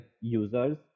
users